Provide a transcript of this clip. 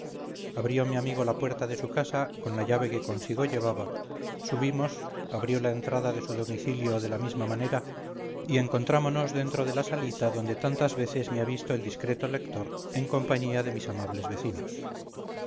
abrió mi amigo la puerta de su casa con llave que consigo llevaba subimos abrió la entrada de su domicilio de la misma manera y encontrámonos dentro de la salita donde tantas veces me ha visto el discreto lector en compañía de mis amables vecinos